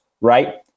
right